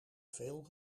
veel